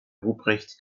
ruprecht